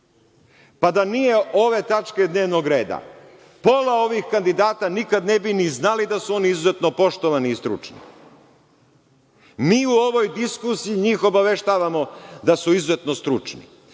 itd. Da nije ove tačke dnevnog reda, pola ovih kandidata nikada ne bi ni znali da su oni izuzetno poštovani i stručni. Mi u ovoj diskusiji njih obaveštavamo da su izuzetno stručni.